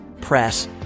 press